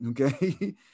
Okay